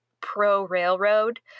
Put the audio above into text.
pro-railroad